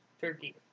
turkey